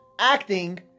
acting